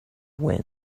wind